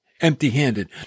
empty-handed